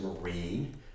Marine